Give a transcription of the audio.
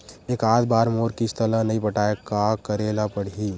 एकात बार मोर किस्त ला नई पटाय का करे ला पड़ही?